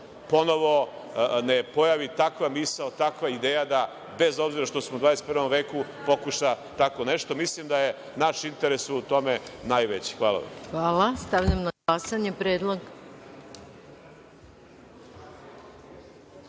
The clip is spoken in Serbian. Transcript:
ponovo ne pojavi takva misao, takva ideja da, bez obzira što smo u 21. veku, pokuša tako nešto. Mislim da je naš interes u tome najveći. Hvala vam. **Maja Gojković** Hvala. Stavljam na glasanje